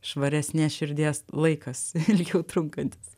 švaresnės širdies laikas ilgiau trunkantis